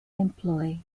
employed